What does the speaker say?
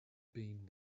been